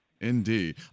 Indeed